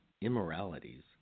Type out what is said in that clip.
Immoralities